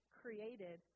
created